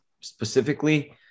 specifically